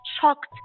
shocked